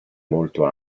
molto